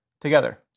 together